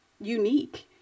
unique